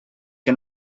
que